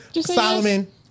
Solomon